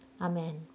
Amen